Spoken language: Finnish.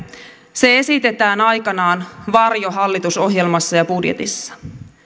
se esitetään aikanaan varjohallitusohjelmassa ja budjetissa